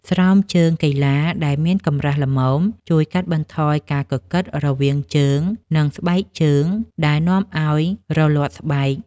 ស្រោមជើងកីឡាដែលមានកម្រាស់ល្មមជួយកាត់បន្ថយការកកិតរវាងជើង និងស្បែកជើងដែលនាំឱ្យរលាត់ស្បែក។